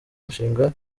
mushinga